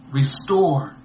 restore